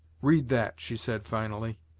read that, she said finally.